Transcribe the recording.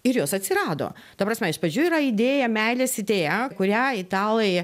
ir jos atsirado ta prasme iš pradžių yra idėja meilės idėja kurią italai